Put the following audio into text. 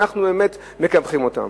אנחנו באמת מקפחים אותם.